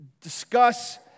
discuss